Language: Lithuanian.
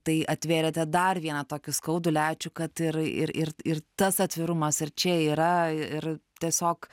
tai atvėrėte dar vieną tokį skaudulį ačiū kad ir ir ir ir tas atvirumas ir čia yra ir tiesiog